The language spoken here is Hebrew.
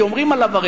כי אומרים עליו,